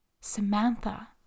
Samantha